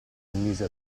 rimise